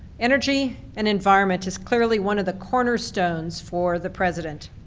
energy and environment is clearly one of the corner stones for the president.